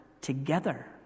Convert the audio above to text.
together